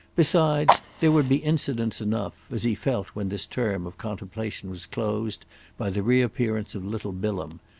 besides, there would be incidents enough, as he felt when this term of contemplation was closed by the reappearance of little bilham,